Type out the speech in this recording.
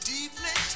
Deeply